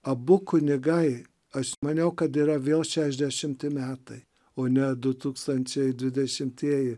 abu kunigai aš maniau kad yra vėl šešiasdešimti metai o ne du tūkstančiai dvidešimtieji